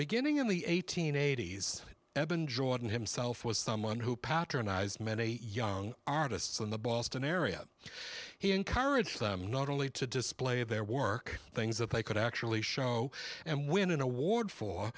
beginning in the eighteen eighties eben jordan himself was someone who patronize many young artists in the boston area he encouraged them not only to display their work things that they could actually show and win an award for